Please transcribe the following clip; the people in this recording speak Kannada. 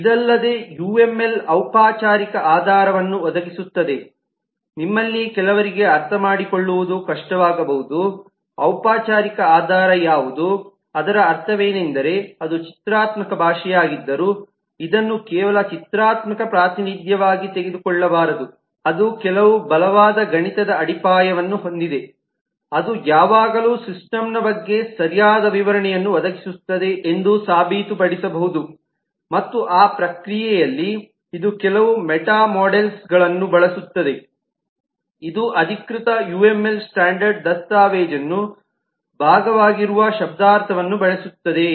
ಇದಲ್ಲದೆ ಯುಎಂಎಲ್ ಔಪಚಾರಿಕ ಆಧಾರವನ್ನು ಒದಗಿಸುತ್ತದೆ ನಿಮ್ಮಲ್ಲಿ ಕೆಲವರಿಗೆ ಅರ್ಥಮಾಡಿಕೊಳ್ಳುವುದು ಕಷ್ಟವಾಗಬಹುದು ಔಪಚಾರಿಕ ಆಧಾರ ಯಾವುದು ಅದರ ಅರ್ಥವೇನೆಂದರೆ ಅದು ಚಿತ್ರಾತ್ಮಕ ಭಾಷೆಯಾಗಿದ್ದರೂ ಇದನ್ನು ಕೇವಲ ಚಿತ್ರಾತ್ಮಕ ಪ್ರಾತಿನಿಧ್ಯವಾಗಿ ತೆಗೆದುಕೊಳ್ಳಬಾರದು ಅದು ಕೆಲವು ಬಲವಾದ ಗಣಿತದ ಅಡಿಪಾಯವನ್ನು ಹೊಂದಿದೆ ಅದು ಯಾವಾಗಲೂ ಸಿಸ್ಟಮ್ನ ಬಗ್ಗೆ ಸರಿಯಾದ ವಿವರಣೆಯನ್ನು ಒದಗಿಸುತ್ತದೆ ಎಂದು ಸಾಬೀತುಪಡಿಸಬಹುದುಮತ್ತು ಆ ಪ್ರಕ್ರಿಯೆಯಲ್ಲಿ ಇದು ಕೆಲವು ಮೆಟಾ ಮೋಡೆಲ್ಸ್ ಗಳನ್ನು ಬಳಸುತ್ತದೆ ಇದು ಅಧಿಕೃತ ಯುಎಂಎಲ್ ಸ್ಟ್ಯಾಂಡರ್ಡ್ ದಸ್ತಾವೇಜನ್ನು ಭಾಗವಾಗಿರುವ ಶಬ್ದಾರ್ಥವನ್ನು ಬಳಸುತ್ತದೆ